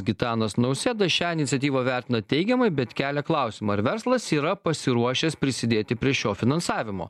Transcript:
gitanas nausėda šią iniciatyvą vertina teigiamai bet kelia klausimą ar verslas yra pasiruošęs prisidėti prie šio finansavimo